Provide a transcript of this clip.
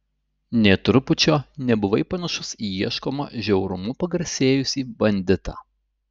nė trupučio nebuvai panašus į ieškomą žiaurumu pagarsėjusį banditą